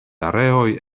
areoj